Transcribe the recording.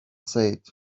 said